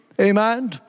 Amen